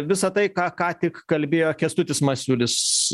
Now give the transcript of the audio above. visa tai ką ką tik kalbėjo kęstutis masiulis